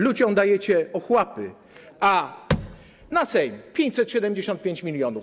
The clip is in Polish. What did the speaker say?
Ludziom dajecie ochłapy, a na Sejm - 575 mln.